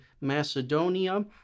Macedonia